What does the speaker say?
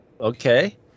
Okay